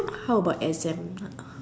how about exams